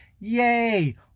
yay